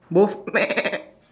both